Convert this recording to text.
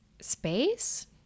space